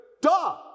Duh